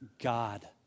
God